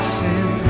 sin